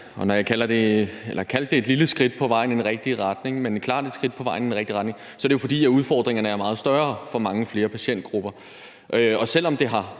Når jeg kaldte det et lille skridt på vej i den rigtige retning, men klart et skridt på vej i den rigtige retning, så er det jo, fordi udfordringerne er meget større for mange flere patientgrupper. Og selv om det har